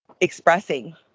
expressing